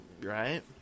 Right